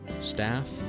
staff